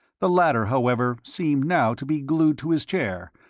the latter, however, seemed now to be glued to his chair,